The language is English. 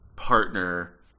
partner